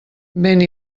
vent